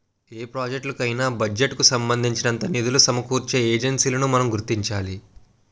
ఏ ప్రాజెక్టులకు అయినా బడ్జెట్ కు సంబంధించినంత నిధులు సమకూర్చే ఏజెన్సీలను మనం గుర్తించాలి